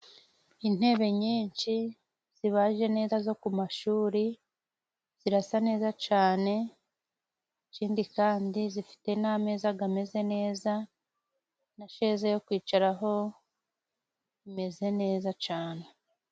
Intebe nyinshi zibaje neza zo ku mashuri zirasa neza cane, ikindi kandi zifite n'ameza gameze neza nasheze yo kwicaraho imeze neza cane.